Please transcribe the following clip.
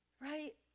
right